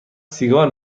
سیگار